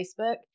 Facebook